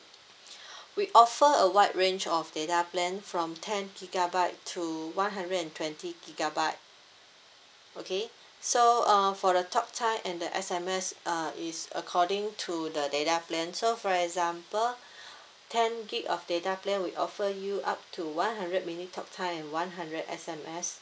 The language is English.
we offer a wide range of data plan from ten gigabyte to one hundred and twenty gigabyte okay so uh for the talk time and the S_M_S uh is according to the data plan so for example ten gig of data plan we offer you up to one hundred minute talk time and one hundred S_M_S